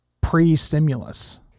pre-stimulus